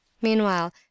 meanwhile